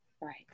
Right